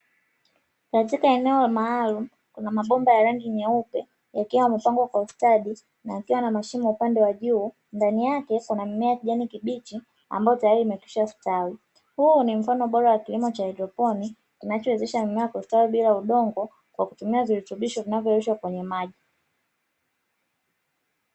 Katika eneo maalumu kuna mabomba ya rangi nyeupe yakiwa yamepangwa kwa ustadi yakiwa na mashimo upande wa juu. Ndani yake kuna mimea ya kijani kibichi ambayo tayari imekwisha stawi. Huu ni mfano bora wa kilimo cha haidroponi kinachowezesha mimea kustawi bila udongo kwa kutumia virutubisho vinavyo yeyushwa kwenye maji.